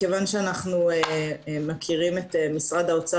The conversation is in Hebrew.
מכיוון שאנחנו מכירים את משרד האוצר